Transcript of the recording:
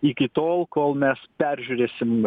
iki tol kol mes peržiūrėsim